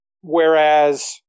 Whereas